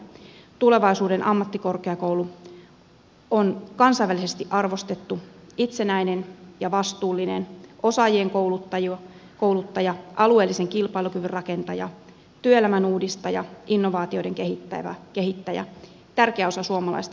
tulevaisuuden ammattikorkeakoulu on kansainvälisesti arvostettu itsenäinen ja vastuullinen osaajien kouluttaja alueellisen kilpailukyvyn rakentaja työelämän uudistaja innovaatioiden kehittäjä tärkeä osa suomalaista yhteiskuntaa